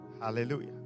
Hallelujah